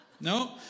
No